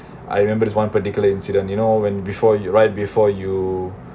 I remember there's one particular incident you know when before you right before you